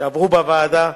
שעברו בעבודה,